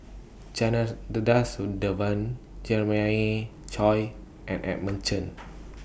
Janadadas Devan Jeremiah Choy and Edmund Chen